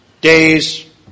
days